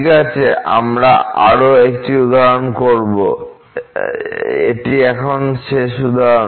ঠিক আছে তাই আমরা আরও একটি উদাহরণ করব এটি এখন শেষ উদাহরণ